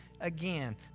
again